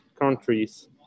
countries